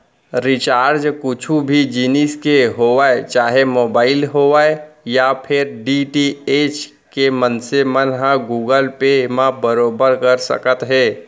recharge कुछु भी जिनिस के होवय चाहे मोबाइल होवय या फेर डी.टी.एच के मनसे मन ह गुगल पे म बरोबर कर सकत हे